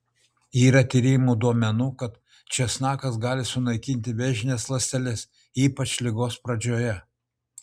yra tyrimų duomenų kad česnakas gali sunaikinti vėžines ląsteles ypač ligos pradžioje